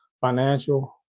financial